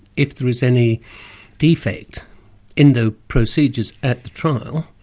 if there is any defect in the procedures at the trial,